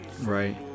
Right